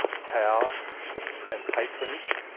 power and patronage,